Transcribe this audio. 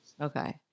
Okay